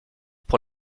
pour